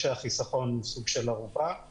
כשהחיסכון הוא סוג של ערובה,